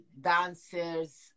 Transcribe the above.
dancers